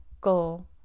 goal